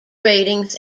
ratings